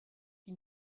qui